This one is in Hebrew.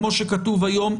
כמו שכתוב היום,